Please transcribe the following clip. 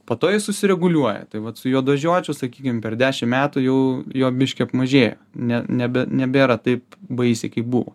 po to jis susireguliuoja tai vat su juodažiočiu sakykim per dešim metų jau jo biškį apmažėjo ne nebe nebėra taip baisiai kaip buvo